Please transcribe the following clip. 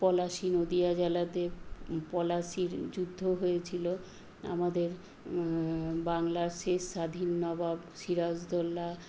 পলাশি নদিয়া জেলাতে পলাশির যুদ্ধ হয়েছিলো আমাদের বাংলার শেষ স্বাধীন নবাব সিরাজদৌল্লা